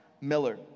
Miller